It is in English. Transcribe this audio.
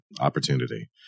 opportunity